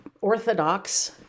orthodox